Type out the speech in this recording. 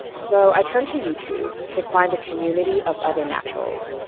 so i turned to youtube to find a community of other naturals,